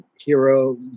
hero